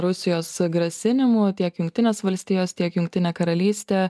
rusijos grasinimų tiek jungtinės valstijos tiek jungtinė karalystė